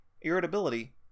irritability